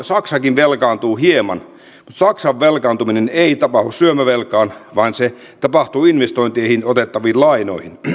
saksakin velkaantuu hieman mutta saksan velkaantuminen ei tapahdu syömävelkaan vaan investointeihin otettaviin lainoihin